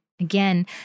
Again